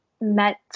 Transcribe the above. met